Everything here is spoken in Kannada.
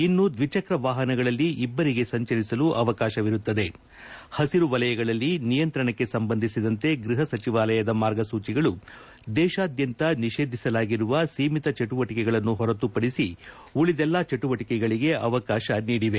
ಇನ್ನು ದ್ವಿಚಕ್ರ ವಾಪನಗಳಲ್ಲಿ ಇಬ್ಬರಿಗೆ ಸಂಚರಿಸಲು ಅವಕಾಶವಿರುತ್ತದೆ ಪಸಿರು ವಲಯಗಳಲ್ಲಿ ನಿಯಂತ್ರಣಕ್ಕೆ ಸಂಬಂಧಿಸಿದಂತೆ ಗೃಪ ಸಚಿವಾಲಯದ ಮಾರ್ಗಸೂಚಿಗಳು ದೇಶಾದ್ಯಂತ ನಿ ೇಧಿಸಲಾಗಿರುವ ಸೀಮಿತ ಚಟುವಟಿಕೆಗಳನ್ನು ಹೊರತು ಪಡಿಸಿ ಉಳಿದೆಲ್ಲಾ ಚಟುವಟಿಕೆಗಳಿಗೆ ಅವಕಾಶ ನಿಡಿವೆ